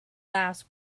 laughs